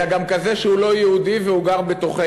אלא גם כזה שהוא לא יהודי והוא גר בתוכנו,